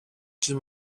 too